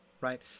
right